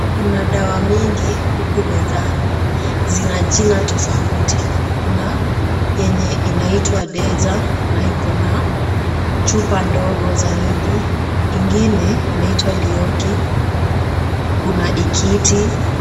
Kuna dawa mingi huku mezani. Zina jina tofauti. Kuna yenye inaitwa deja na ikona chupa ndogo zaidi. Ingine inaitwa leoki. Kuna ikiti.